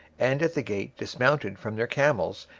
and at the gate dismounted from their camels,